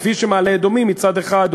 כפי שמעלה-אדומים היא צד אחד,